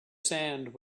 sand